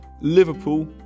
Liverpool